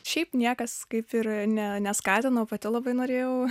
šiaip niekas kaip ir ne neskatino pati labai norėjau